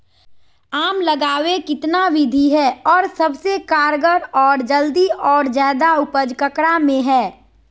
आम लगावे कितना विधि है, और सबसे कारगर और जल्दी और ज्यादा उपज ककरा में है?